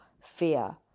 fear